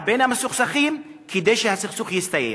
באמצע, בין המסוכסכים, כדי שהסכסוך יסתיים.